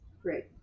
great